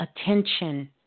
attention